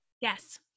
Yes